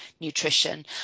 nutrition